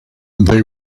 they